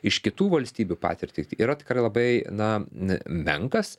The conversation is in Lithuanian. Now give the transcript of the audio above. iš kitų valstybių patirtį yra tikrai labai na menkas